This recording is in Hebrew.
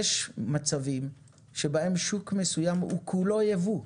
יש מצבים שבהם שוק מסוים הוא כולו יבוא,